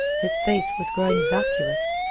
his face was growing vacuous,